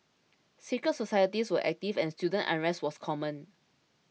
secret societies were active and student unrest was common